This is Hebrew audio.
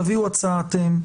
תביאו הצעה אתם.